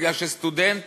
מפני שסטודנט